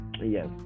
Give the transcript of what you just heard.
Yes